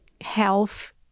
health